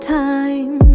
time